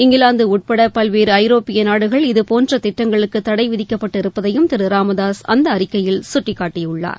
இங்கிலாந்து உட்பட பல்வேறு ஐரோப்பிய நாடுகள் இதுபோன்ற திட்டங்களுக்கு தடைவிதிக்கப்பட்டு இருப்பதையும் திரு ராமதாசு அந்த அறிக்கையில் சுட்டிக்காட்டியுள்ளார்